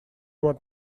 war